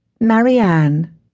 Marianne